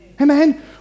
Amen